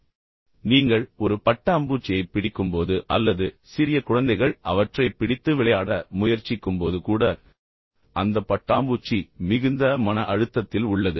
ஒரு சிறிய விஷயம் கூட நீங்கள் ஒரு பட்டாம்பூச்சியைப் பிடிக்கும்போது அல்லது சிறிய குழந்தைகள் அவற்றைப் பிடித்து விளையாட முயற்சிக்கும்போது கூட அந்த பட்டாம்பூச்சி மிகுந்த மன அழுத்தத்தில் உள்ளது